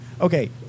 okay